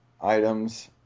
items